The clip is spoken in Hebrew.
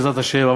בעזרת השם,